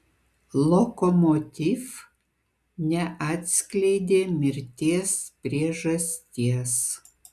lokomotiv neatskleidė mirties priežasties